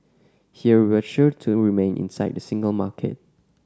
here we're sure to remain inside the single market